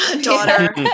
daughter